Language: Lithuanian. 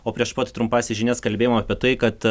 o prieš pat trumpąsias žinias kalbėjom apie tai kad